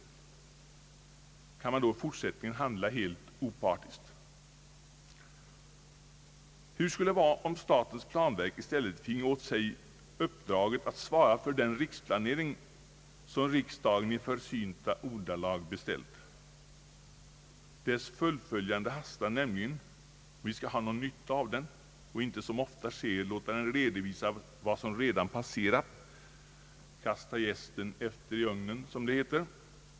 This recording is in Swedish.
Kan man då i fortsättningen handla helt opartiskt? Hur skulle det vara om statens planverk i stället finge åt sig uppdraget att svara för den riksplanering, som riksdagen i försynta ordalag beställt? Dess fullföljande hastar nämligen, om vi skall få någon nytta av den och inte som ofta sker låta den redovisa vad som redan passerat — kasta jästen efter i ugnen, som det heter.